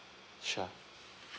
sure